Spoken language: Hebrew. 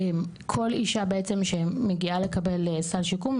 כל אישה שמגיעה בצעם לקבל סל שיקום,